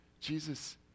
Jesus